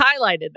highlighted